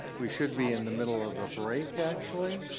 we should be in the middle of a break actually.